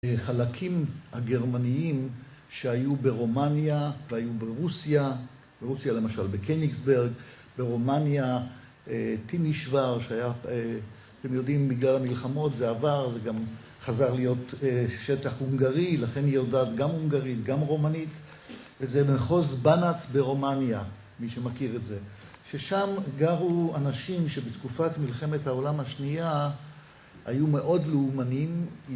חלקים הגרמניים שהיו ברומניה והיו ברוסיה, ברוסיה למשל, בקניגסברג, ברומניה, טימי שוואר שהיה... אתם יודעים בגלל המלחמות, זה עבר, זה גם חזר להיות שטח הונגרי, לכן היא יודעת גם הונגרית, גם רומנית, וזה מחוז בנאץ ברומניה, מי שמכיר את זה. ששם גרו אנשים שבתקופת מלחמת העולם השנייה היו מאוד לאומנים,